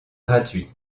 gratuits